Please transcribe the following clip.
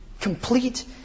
Complete